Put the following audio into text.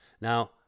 Now